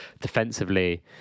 defensively